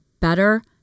Better